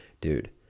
dude